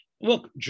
Look